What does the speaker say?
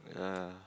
yeah